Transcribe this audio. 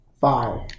five